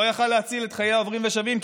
יכול היה להציל את חיי העוברים והשבים,